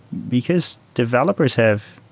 because developers have